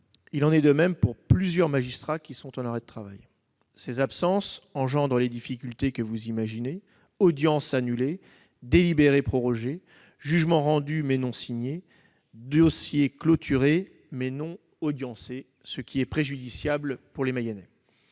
Il en est de même pour plusieurs magistrats en arrêt de travail. Ces absences engendrent les difficultés que vous imaginez : audiences annulées, délibérés prorogés, jugements rendus, mais non signés, dossiers clôturés, mais non audiencés, ce qui est préjudiciable aux Mayennais.